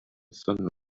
sunrise